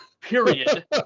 Period